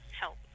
help